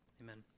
Amen